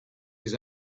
his